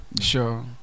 sure